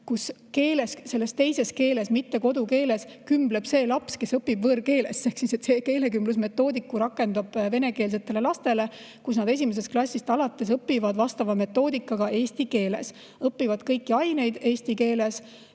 kus teises keeles, mitte kodukeeles, kümbleb see laps, kes õpib võõrkeeles. Ehk siis keelekümblusmetoodika rakendub venekeelsetele lastele, kes 1. klassist alates õppivad vastava metoodika alusel eesti keeles. Nad õpivad kõiki aineid eesti keeles.